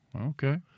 Okay